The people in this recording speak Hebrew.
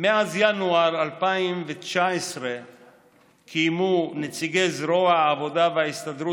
"מאז ינואר 2019 קיימו נציגי זרוע העבודה וההסתדרות